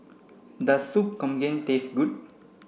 does Sop Kambing taste good